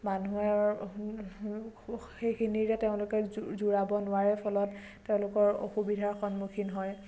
মানুহৰ সেইখিনিৰে তেওঁলোকে জোৰাব নোৱাৰে ফলত তেওঁলোকৰ অসুবিধাৰ সন্মুখীন হয়